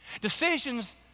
decisions